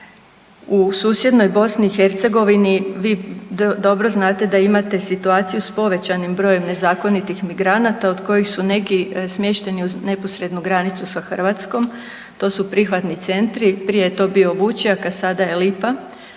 u susjednoj Bosni i Hercegovini vi dobro znate da imate situaciju s povećanim brojem nezakonitih migranata od kojih su neki smješteni uz neposrednu granicu sa Hrvatskom. To su prihvatni centri. Prije je to bio Vučjak, a sada je Lipa.